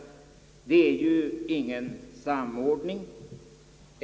Det innebär ju ingen samordning.